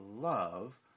love